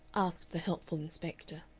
asked the helpful inspector.